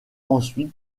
ensuite